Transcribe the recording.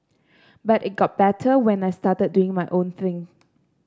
but it got better when I started doing my own thing